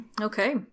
Okay